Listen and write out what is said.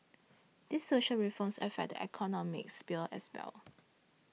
these social reforms affect the economic sphere as well